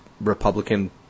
Republican